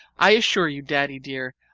i assure you, daddy dear,